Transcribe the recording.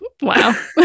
wow